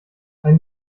ein